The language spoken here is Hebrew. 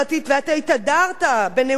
אתה התהדרת בנאומך